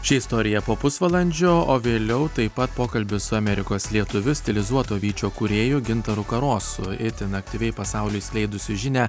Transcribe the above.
ši istorija po pusvalandžio o vėliau taip pat pokalbis su amerikos lietuviu stilizuoto vyčio kūrėju gintaru karosu itin aktyviai pasauliui skleidusiu žinią